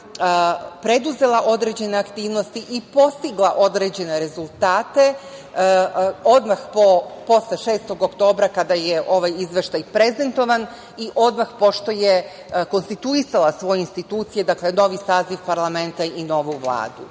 preduzela određene aktivnosti i postigla određene rezultate odmah posle 6. oktobra kada je ovaj Izveštaj prezentovan i odmah pošto je konstituisala svoje institucije, dakle novi saziv parlamenta i novu Vladu.U